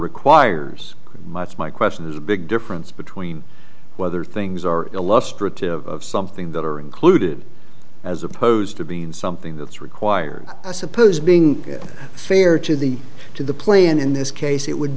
requires much my question is a big difference between whether things are illustrative of something that are included as opposed to being something that's required i suppose being fair to the to the plan in this case it would